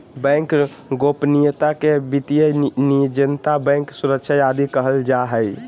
bank गोपनीयता के वित्तीय निजता, बैंक सुरक्षा आदि कहल जा हइ